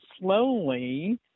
slowly